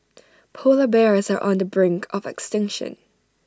Polar Bears are on the brink of extinction